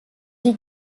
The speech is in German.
die